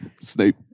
Snape